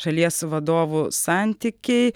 šalies vadovų santykiai